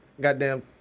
Goddamn-